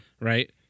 Right